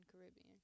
Caribbean